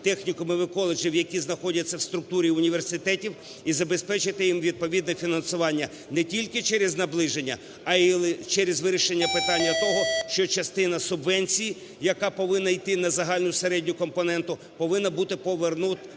технікумів і коледжів, які знаходяться в структурі університетів і забезпечити їм відповідне фінансування не тільки через наближення, а й через вирішення питання того, що частина субвенцій, яка повинна йти на загальну середню компоненту, повинна бути повернута